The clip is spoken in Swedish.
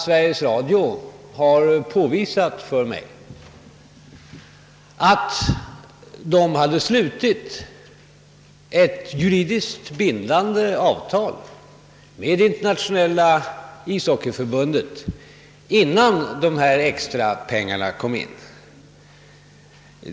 Sveriges Radio har påvisat för mig att ett juridiskt bindande avtal hade slutits med Internationella ishockeyförbundet innan de extra pengarna betalades in.